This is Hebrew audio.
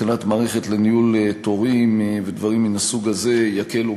הקמת מערכת לניהול תורים ודברים מהסוג הזה יקלו